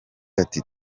ati